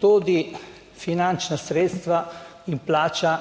tudi finančna sredstva in plača